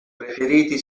preferiti